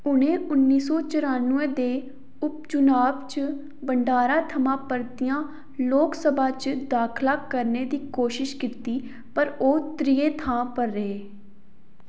उ'नें उन्नी सौ चरानवें दे उप चुनाव च भंडारा थमां परतियां लोकसभा च दाखला करने दी कोशश कीती पर ओह् त्रिए थां पर रेह्